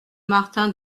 martin